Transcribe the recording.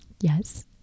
Yes